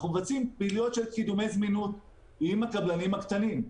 אנחנו מבצעים פעילויות של קידומי זמינות עם הקבלנים הקטנים.